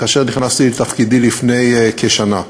כאשר נכנסתי לתפקידי לפני כשנה.